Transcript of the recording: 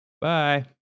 Bye